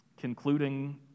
concluding